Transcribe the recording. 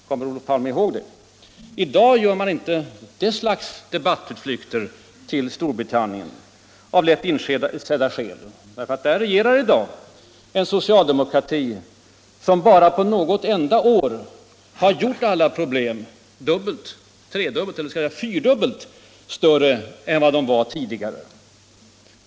Kommer Olof Palme ihåg det? I dag gör han inte det slaget av debattutflykter till Storbritannien — av lätt insedda skäl. Där regerar nämligen i dag en socialdemokrati, som bara på något enda år har gjort alla problem dubbelt, tredubbelt eller t.o.m. fyrdubbelt större än de var tidigare.